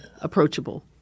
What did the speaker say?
approachable